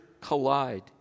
collide